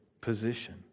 position